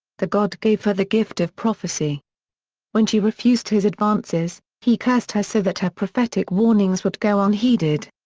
the god gave her the gift of prophecy when she refused his advances, he cursed her so that her prophetic warnings would go unheeded.